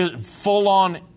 full-on